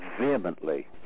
vehemently